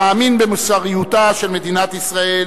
המאמין במוסריותה של מדינת ישראל